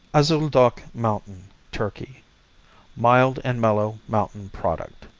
azuldoch mountain turkey mild and mellow mountain product.